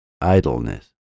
idleness